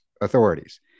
authorities